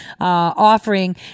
offering